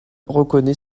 reconnaît